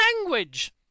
language